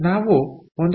ಆದ್ದರಿಂದ ನಾವು 1